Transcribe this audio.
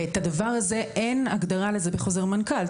ואת הדבר הזה, אין הגדרה לזה בחוזר מנכ"ל.